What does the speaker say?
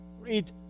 Read